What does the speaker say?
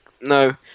No